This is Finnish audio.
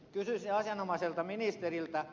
kysyisin asianomaiselta ministeriltä